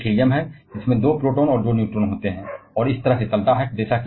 अगला एक हीलियम है जिसमें 2 होते हैं जिसमें प्रोटॉन और 2 न्यूरॉन्स होते हैं और यह इस तरह से चलता है